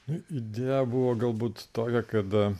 na idėja buvo galbūt tokia kada